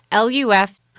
LUF